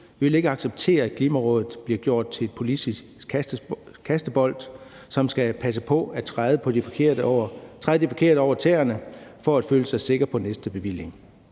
Vi vil ikke acceptere, at Klimarådet bliver gjort til en politisk kastebold, som skal passe på ikke at træde de forkerte over tæerne for at føle sig sikker på næste bevilling.